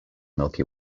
milky